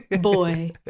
boy